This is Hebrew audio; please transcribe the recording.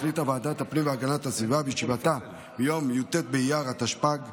החליטה ועדת הפנים והגנת הסביבה בישיבתה ביום י"ט באייר התשפ"ג,